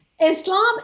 Islam